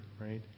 right